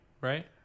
right